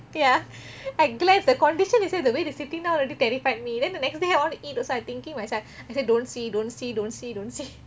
ya I glance the condition itself the way they sitting down already terrified me then the next day I want to eat also I thinking myself I said don't see don't see don't see don't see